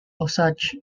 osage